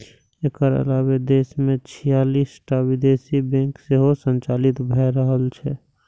एकर अलावे देश मे छियालिस टा विदेशी बैंक सेहो संचालित भए रहल छै